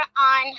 on